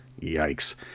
yikes